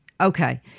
Okay